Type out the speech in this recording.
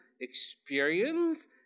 experience